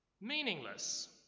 meaningless